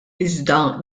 iżda